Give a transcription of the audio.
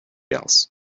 else